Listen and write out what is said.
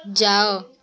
ଯାଅ